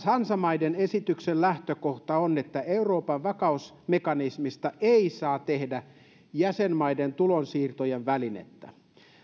hansamaiden esityksen lähtökohta taas on että euroopan vakausmekanismista ei saa tehdä jäsenmaiden tulonsiirtojen välinettä